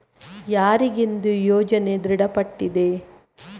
ಯಾರಿಗೆಂದು ಯೋಜನೆ ದೃಢಪಟ್ಟಿದೆ?